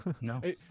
no